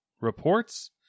reports